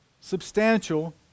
substantial